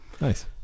nice